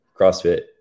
CrossFit